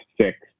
six